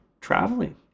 traveling